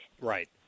Right